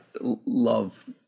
love